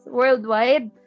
worldwide